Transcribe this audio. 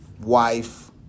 wife